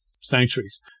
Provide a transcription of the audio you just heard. sanctuaries